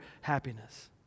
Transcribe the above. happiness